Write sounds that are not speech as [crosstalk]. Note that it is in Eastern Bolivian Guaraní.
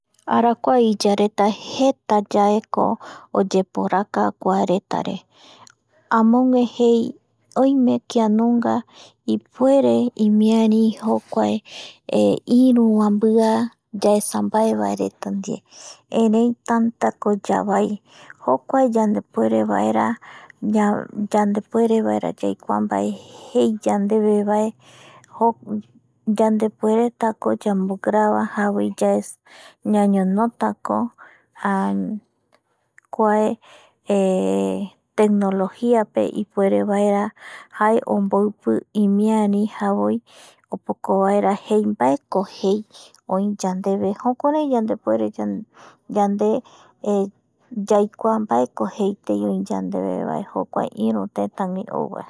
Arakua iyareta jetayaeko [noise] oyeporaka kuaretare amogue jei oime kianunga ipuere imiari jokuae hesitation>iruva mbia yaesa mbae vaereta ndie erei [noise] tantako yavai, jokua yandepuerevaera [hesitation] yandepuerevaera yaikua jokua mbae jei yandevevaeyave [hesitation] yandepueretako yandepueretako yamograba javoi ñañonotako [hesitation] kuae [hesitation] tecnologiape ipuerevaera jae omboipi imiari javoi opoko vaera jei mbaeko jei oiyandeve jukurai yandepuere [hesitation] yande [hesitation] yaikua mbaeko jeitei oi yandevevae jokuae iru tetagui ouvae